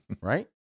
Right